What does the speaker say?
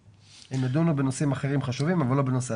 הן ידונו בנושאים אחרים חשובים אבל לא בנושא הסיבסוד.